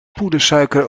poedersuiker